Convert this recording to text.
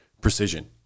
precision